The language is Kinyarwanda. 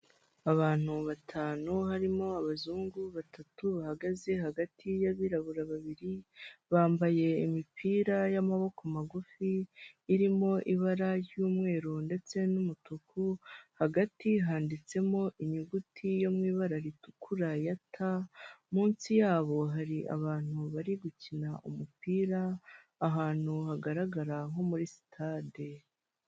Abantu batanu harimo abazungu batatu bahagaze hagati yabirabura babiri, bambaye imipira y'amaboko magufi irimo ibara ry'umweru ndetse n'umutuku, hagati handitsemo inyuguti yo mu ibara ritukura ya ta, munsi yabo hari abantu bari gukina umupira, ahantu hagaragara nko muri sitade.